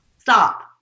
stop